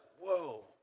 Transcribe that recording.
whoa